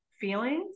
feelings